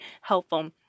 helpful